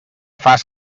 fas